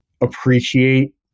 appreciate